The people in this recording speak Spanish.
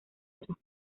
otros